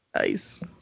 Nice